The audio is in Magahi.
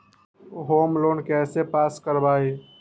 होम लोन कैसे पास कर बाबई?